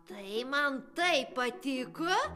tai man taip patiko